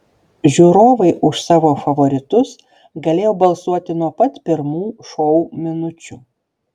žiūrovai už savo favoritus galėjo balsuoti nuo pat pirmų šou minučių